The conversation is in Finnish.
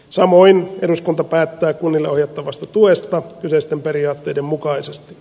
samoin eduskunta päättää kunnille ohjattavasta tuesta kyseisten periaatteiden mukaisesti